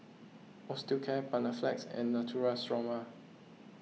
Osteocare Panaflex and Natura Stoma